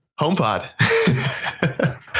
homepod